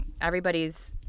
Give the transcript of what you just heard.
everybody's